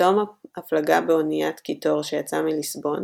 בתום הפלגה באוניית קיטור שיצאה מליסבון,